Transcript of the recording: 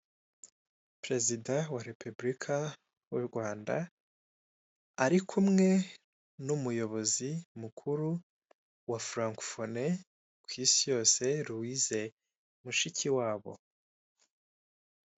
Perezida wa repeburika w'urwanda ari kumwe numuyobozi mukuru wa furankufone kwisi yose ruwize mushikiwabo.